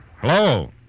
Hello